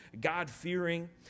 God-fearing